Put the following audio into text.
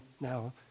now